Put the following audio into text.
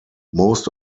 most